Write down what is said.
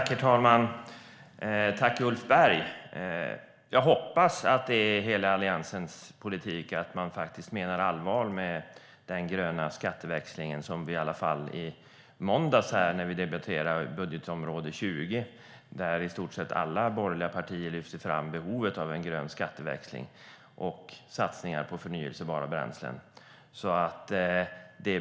Herr talman! Jag hoppas att det är hela Alliansens politik att man faktiskt menar allvar med den gröna skatteväxlingen. I måndags, när vi debatterade utgiftsområde 20 i budgeten, lyfte i stort sett alla borgerliga partier fram behovet av en grön skatteväxling och satsningar på förnybara bränslen.